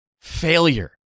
failure